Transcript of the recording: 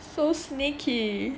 so sneaky